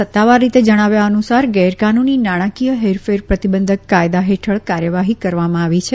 સત્તાવાર રીતે જણાવ્યા અનુસાર ગેરકાનૂની નાણાંકીય હેરફેર પ્રતિબંધક કાયદા હેઠળ કાર્યવાહી કરવામાં આવી છે